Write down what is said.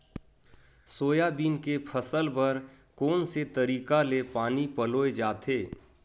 Soybean के फसल बर कोन से तरीका ले पानी पलोय जाथे?